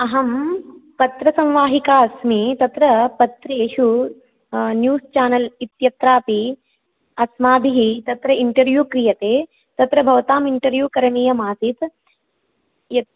अहं पत्रसंवाहिका अस्मि तत्र पत्रेषु न्यूज़् चेनल् इत्यत्रापि अस्माभिः तत्र इण्टर्व्यू क्रियते तत्र भवताम् इण्टर्व्यू करणीयम् आसीत् यत्